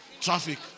traffic